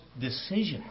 decisions